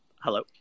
Hello